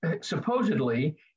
supposedly